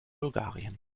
bulgarien